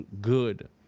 good